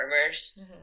farmers